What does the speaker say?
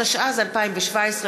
התשע"ז 2017,